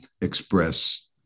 express